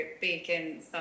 bacon